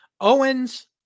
Owens